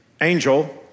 angel